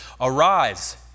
Arise